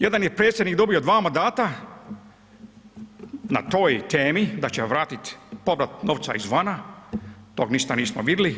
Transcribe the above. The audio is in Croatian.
Jedan je predsjednik dobio dva mandata na toj temi da će vratiti povrat novca izvana, to ništa nismo vidli.